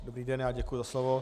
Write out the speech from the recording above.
Dobrý den, děkuji za slovo.